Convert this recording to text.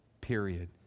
period